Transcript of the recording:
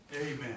Amen